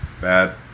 bad